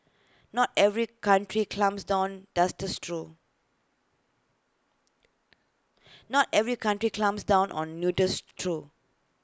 not every country clamps down does this through not every country clamps down on nudists through